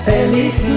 Feliz